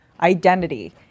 identity